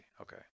Okay